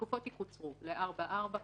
שהתקופות יקוצרו לארבע שנים וארבע שנים,